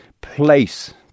place